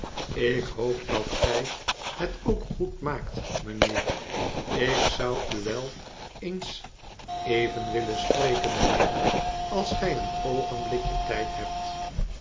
ik hoop dat gij het ook goed maakt mijnheer ik zou u wel eens even willen spreken mijnheer als gij een oogenblikje tijd hebt